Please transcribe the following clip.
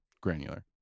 Granular